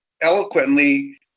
eloquently